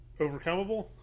overcomable